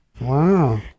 Wow